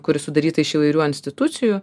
kuri sudaryta iš įvairių institucijų